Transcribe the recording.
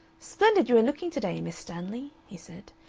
splendid you are looking to-day, miss stanley, he said.